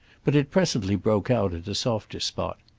but it presently broke out at a softer spot.